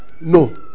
no